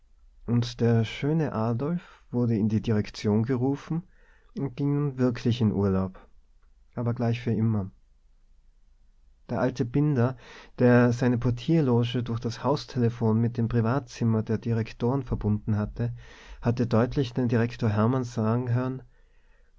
und der schöne adolf wurde in die direktion gerufen und ging nun wirklich in urlaub aber gleich für immer der alte binder der seine portierloge durch das haustelephon mit dem privatzimmer der direktoren verbunden hatte hatte deutlich den direktor hermann sagen hören